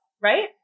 right